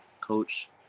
coach